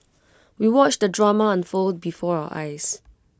we watched the drama unfold before our eyes